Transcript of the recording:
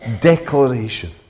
declaration